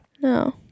No